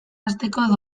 hasteko